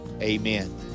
amen